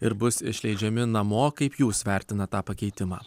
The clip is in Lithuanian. ir bus išleidžiami namo kaip jūs vertinat tą pakeitimą